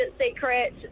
secret